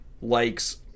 likes